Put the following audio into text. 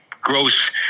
gross